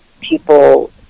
people